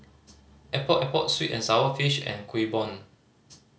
Epok Epok sweet and sour fish and Kuih Bom